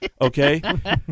Okay